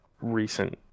recent